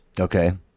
Okay